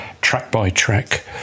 track-by-track